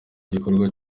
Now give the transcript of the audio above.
gikorwa